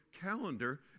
calendar